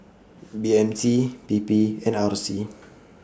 B M T P P and R C